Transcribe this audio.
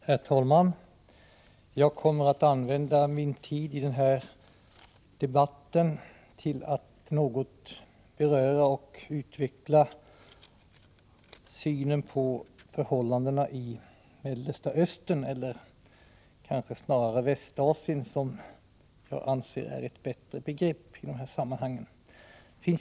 Herr talman! Jag kommer att använda min tid i den här debatten till att något beröra och utveckla synen på förhållandena i Mellersta Östern, eller snarare Västasien, som jag anser är ett bättre begrepp i sammanhanget.